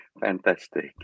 fantastic